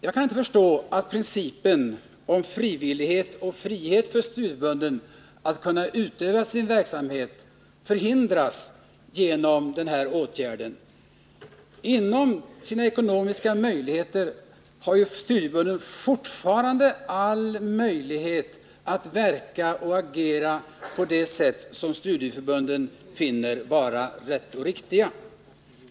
Jag kan inte förstå att principen om frivillighet och frihet för studieförbunden att utöva sin verksamhet förhindras genom den här åtgärden. Inom de givna ekonomiska ramarna har ju studieförbunden fortfarande alla möjligheter att verka och agera på det sätt som de finner vara rätt och riktigt.